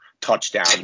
touchdown